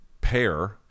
pair